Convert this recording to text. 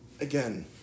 Again